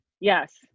Yes